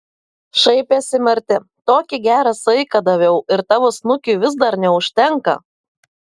šaipėsi marti tokį gerą saiką daviau ir tavo snukiui vis dar neužtenka